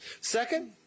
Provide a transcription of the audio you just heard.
Second